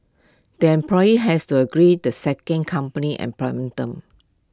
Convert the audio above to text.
the employee has to agree the second company's employment terms